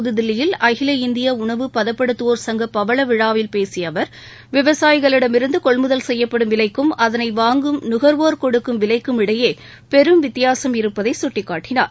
புதுதில்லியில் அகில இந்திய உணவுப்பதப்படுத்துவோர் சங்க பவள விழாவில் விவசாயிகளிடமிருந்து கொள்முதல் செய்யப்படும் விலைக்கும் அதனை பேசிய அவர் வாங்கும் நுகர்வோர் கொடுக்கும் விலைக்குமிடையே பெரும் வித்தியாசம் இருப்பதை சுட்டிக்காட்டினார்